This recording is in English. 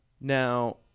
Now